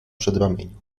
przedramieniu